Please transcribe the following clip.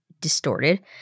distorted